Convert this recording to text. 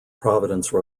providence